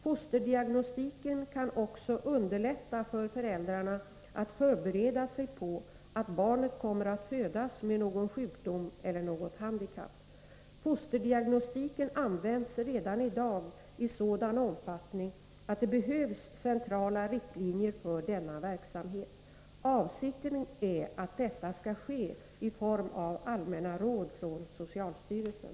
Fosterdiagnostiken kan också underlätta för föräldrarna att förbereda sig på att barnet kommer att födas med någon sjukdom eller något handikapp. Fosterdiagnostiken används redan i dag i sådan omfattning att det behövs centrala riktlinjer för denna verksamhet. Avsikten är att sådana skall ges i form av allmänna råd från socialstyrelsen.